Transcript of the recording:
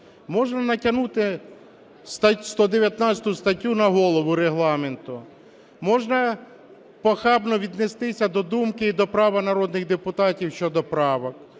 Можна натягнути 119 статтю на голову Регламенту, можна похабно віднестися до думки і до права народних депутатів щодо правок,